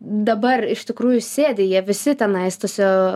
dabar iš tikrųjų sėdi jie visi tuose